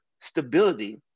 stability